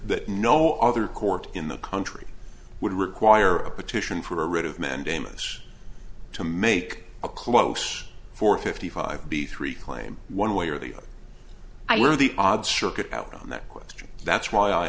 that no other court in the country would require a petition for writ of mandamus to make a close four fifty five b three claim one way or the other either the odd circuit out on that question that's why i